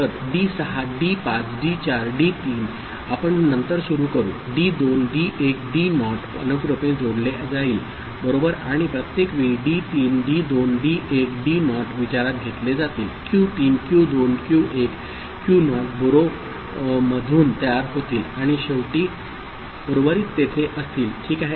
तर D 6 D 5 D 4 D 3 आपण नंतर सुरू करू डी 2 डी 1 डी नॉट अनुक्रमे जोडले जाईल बरोबर आणि प्रत्येक वेळी D 3 D 2 D 1 D nought विचारात घेतले जातील Q 3 Q 2 Q 1 Q nought borrow मधून तयार होतील आणि शेवटी उर्वरित तेथे असतील ठीक आहे